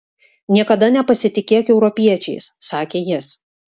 niekada nepasitikėk europiečiais sakė jis